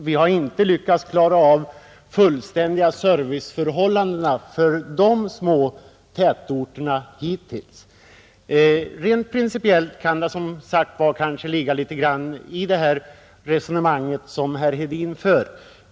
Vi har alltså inte hittills lyckats ge de små tätorterna fullständig service. Det kan emellertid som sagt ligga mycket i det resonemang som herr Hedin för.